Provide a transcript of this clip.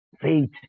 Faith